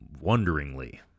wonderingly